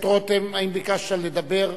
חבר הכנסת רותם, האם ביקשת לדבר?